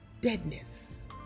deadness